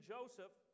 Joseph